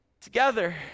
together